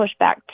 pushback